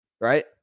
right